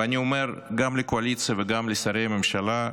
ואני אומר גם לקואליציה וגם לשרי הממשלה,